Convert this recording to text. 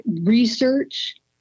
research